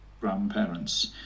grandparents